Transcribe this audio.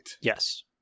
Yes